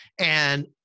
And-